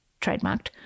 trademarked